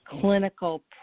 clinical